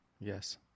yes